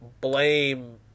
blame